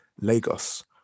Lagos